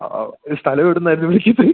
ആ ഈ സ്ഥലം എവിടുന്നയായിരുന്നു വിളിക്കുന്നത്